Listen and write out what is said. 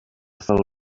solo